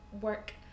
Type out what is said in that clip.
work